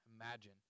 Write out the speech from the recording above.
imagine